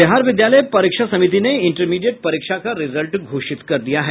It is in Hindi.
बिहार विद्यालय परीक्षा समिति ने इंटरमीडिएट परीक्षा का रिजल्ट घोषित कर दिया है